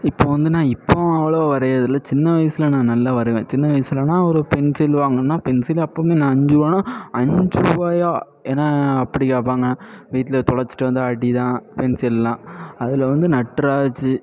இப்போ வந்து நான் இப்பவும் அவ்வளோவா வரையிறதில்லை சின்ன வயதுல நான் நல்லா வரையுவேன் சின்ன வயதுலனா ஒரு பென்சில் வாங்கணும்னா பென்சில் அப்போ வந்து என்ன அஞ்சுருவான்னா அஞ்சுருவாயா ஏன்னா அப்படி கேட்பாங்க வீட்டில தொலைச்சிட்டு வந்தால் அடிதான் பென்சில்லாம் அதில் வந்து நட்ராஜி